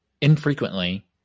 infrequently